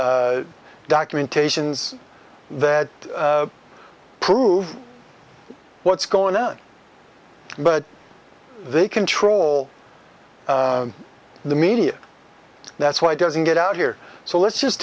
documentations that prove what's going on but they control the media that's why it doesn't get out here so let's just